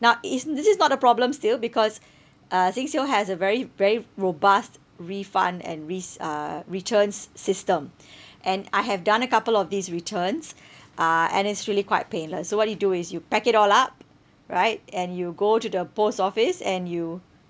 now isn't this is not the problem still because uh SingSale has a very very robust refund and risk uh returns system and I have done a couple of these returns uh and it's really quite painless so what you do is you pack it all up right and you go to the post office and you